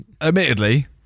Admittedly